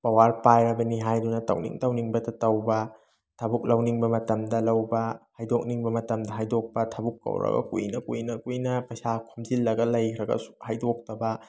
power ꯄꯥꯏꯔꯕꯅꯤ ꯍꯥꯏꯗꯨꯅ ꯇꯧꯅꯤꯡ ꯇꯧꯅꯤꯡꯕꯇ ꯇꯧꯕ ꯊꯕꯛ ꯂꯧꯅꯤꯡꯕ ꯃꯇꯝꯗ ꯂꯧꯕ ꯍꯥꯏꯗꯣꯛꯅꯤꯡꯕ ꯃꯇꯝꯗ ꯍꯥꯏꯗꯣꯛꯄ ꯊꯕꯛ ꯀꯧꯔꯒ ꯀꯨꯏꯅ ꯀꯨꯏꯅ ꯀꯨꯏꯅ ꯄꯩꯁꯥ ꯈꯣꯝꯖꯤꯜꯂꯒ ꯂꯩꯈ꯭ꯔꯒꯁꯨ ꯍꯩꯗꯣꯛꯇꯕ